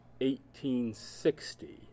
1860